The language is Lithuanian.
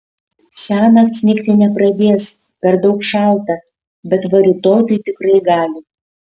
šiąnakt snigti nepradės per daug šalta bet va rytoj tai tikrai gali